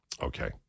Okay